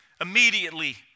Immediately